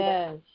Yes